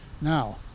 Now